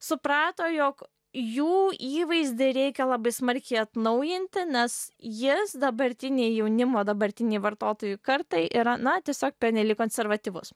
suprato jog jų įvaizdį reikia labai smarkiai atnaujinti nes jis dabartinei jaunimo dabartinei vartotojų kartai yra na tiesiog pernelyg konservatyvus